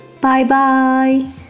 Bye-bye